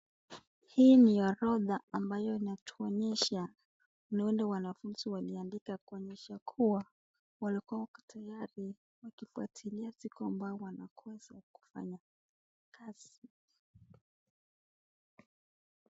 Hii ni orodha ambayo inatuonyesha ni wale wanafunzi waliandika kuonyesha kuwa walikuwa wako tayari kufuatilia siku ambayo walikuwa wanakosa kufanya kazi.